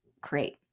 create